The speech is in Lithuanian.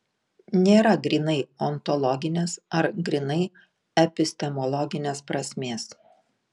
nėra grynai ontologinės ar grynai epistemologinės prasmės